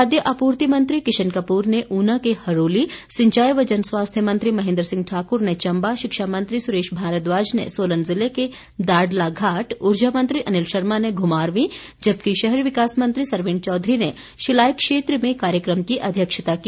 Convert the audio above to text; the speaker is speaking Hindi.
खाद्य आपूर्ति मंत्री किशन कपूर ने ऊना के हरोली सिंचाई व जन स्वास्थ्य मंत्री महेन्द्र सिंह ठाकुर ने चंबा शिक्षा मंत्री सुरेश भारद्वाज ने सोलन जिले के दाड़लाघाट ऊर्जा मंत्री अनिल शर्मा ने घुमारवीं जबकि शहरी विकास मंत्री सरवीण चौधरी ने शिलाई क्षेत्र में कार्यक्रम की अध्यक्षता की